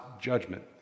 judgment